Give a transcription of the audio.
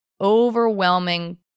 overwhelming